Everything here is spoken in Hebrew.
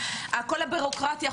כל הבירוקרטיה,